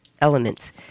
elements